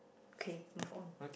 okay move on